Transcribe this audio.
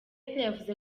yavuze